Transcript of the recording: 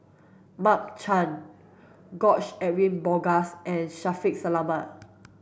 Mark Chan George Edwin Bogaars and Shaffiq Selamat